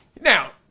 Now